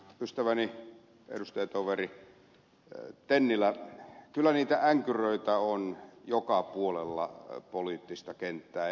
ystäväni edustajatoveri tennilä kyllä niitä änkyröitä on joka puolella poliittista kenttää